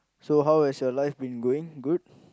so how is your life been going good